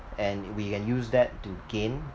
and we can use that to gain